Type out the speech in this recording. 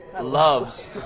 Loves